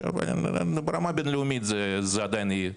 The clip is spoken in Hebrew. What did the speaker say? ברמה בינלאומית זה עדיין יהיה.